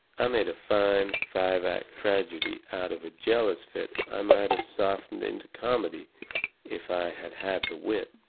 i made a fine, five-act tragedy out of a jealous fit i might have softened into comedy if i had had the wit.